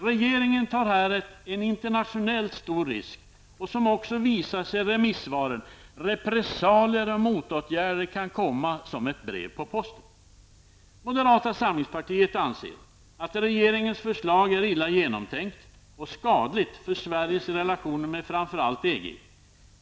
Regeringen tar här en internationellt stor risk och -- som också visas i remissvaren -- repressalier och motåtgärder kan komma som ett brev på posten. Moderata samlingspartiet anser att regeringens förslag är illa genomtänkt och skadligt för Sveriges relationer med framför allt EG.